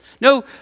no